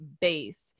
base